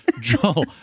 Joel